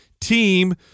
team